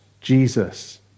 Jesus